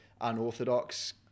unorthodox